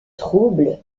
troubles